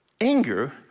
anger